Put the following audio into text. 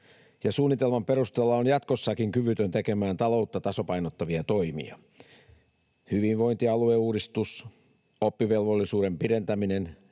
suunnitelman perusteella on jatkossakin kyvytön tekemään taloutta tasapainottavia toimia. Hyvinvointialueuudistus, oppivelvollisuuden pidentäminen